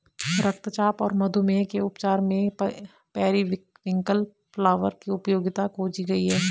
रक्तचाप और मधुमेह के उपचार में पेरीविंकल फ्लावर की उपयोगिता खोजी गई है